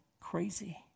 crazy